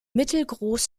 mittelgroß